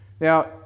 Now